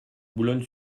boulogne